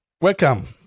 Welcome